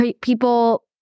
people